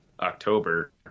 October